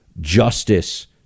justice